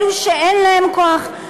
אלו שאין להם כוח.